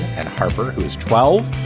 and harper, who is twelve.